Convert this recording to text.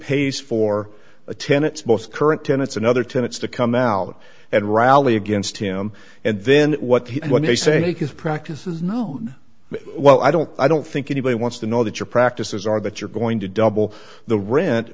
pays for the tenets most current tenets and other tenants to come out and rally against him and then what he when they say his practice is no well i don't i don't think anybody wants to know that your practices are that you're going to double the rent